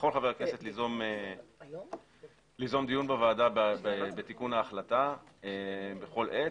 יכול חבר הכנסת ליזום דיון בוועדה בתיקון ההחלטה בכל עת.